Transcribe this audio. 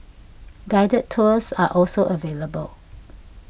guided tours are also available